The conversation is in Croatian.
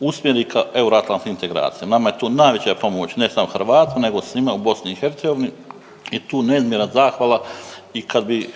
usmjeri ka euroatlantskim integracijama. Nama je to najveća pomoć ne samo Hrvatima, nego svima u BiH i tu je neizmjerna zahvala. I kad bi